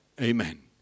Amen